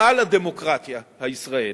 על הדמוקרטיה הישראלית.